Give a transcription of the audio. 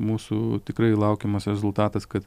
mūsų tikrai laukiamas rezultatas kad